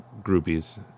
groupies